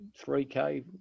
3K